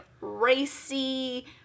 racy